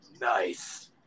Nice